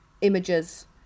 images